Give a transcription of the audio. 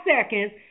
seconds